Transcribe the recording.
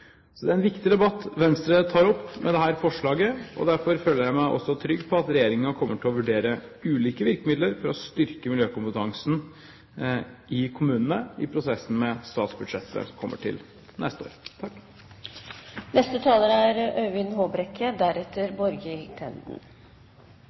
Det er en viktig debatt Venstre tar opp med dette forslaget. Derfor føler jeg meg også trygg på at regjeringen kommer til å vurdere ulike virkemidler for å styrke miljøkompetansen i kommunene i prosessen med statsbudsjettet som kommer til neste år.